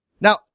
Now